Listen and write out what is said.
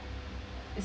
is